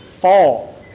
fall